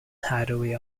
hideaway